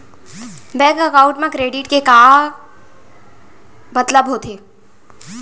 Bank account मा credit के का मतलब होथे?